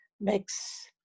makes